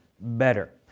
better